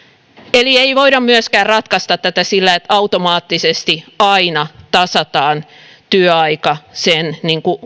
eli ei voida myöskään ratkaista tätä sillä että automaattisesti aina tasataan työaika sen